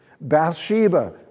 Bathsheba